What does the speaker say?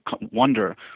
wonder